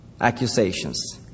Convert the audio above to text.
accusations